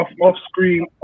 off-screen